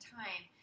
time